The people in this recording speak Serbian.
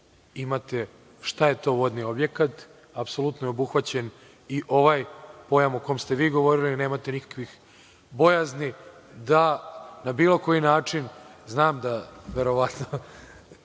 imate šta je to vodni objekat. Apsolutno je obuhvaćen i ovaj pojam o kom ste vi govorili, nemate nikakvih bojazni da na bilo koji način, znam da verovatno